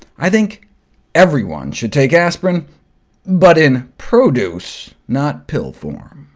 i think everyone should take aspirin but, in produce, not pill form.